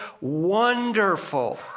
wonderful